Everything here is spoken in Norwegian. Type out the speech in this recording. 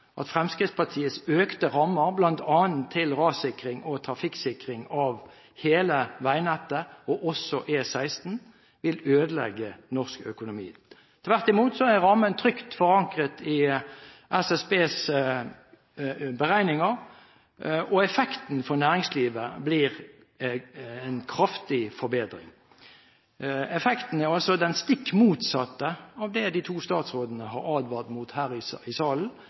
at Fremskrittspartiets økte rammer, bl.a. til rassikring og trafikksikring av hele veinettet, også E16, vil ødelegge norsk økonomi. Tvert imot er rammen trygt forankret i SSBs beregninger. Effekten for næringslivet blir en kraftig forbedring. Effekten er altså den stikk motsatte av det de to statsrådene har advart mot her i salen.